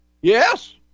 yes